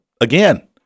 again